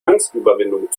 angstüberwindung